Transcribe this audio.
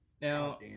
Now